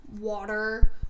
water